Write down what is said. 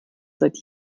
seit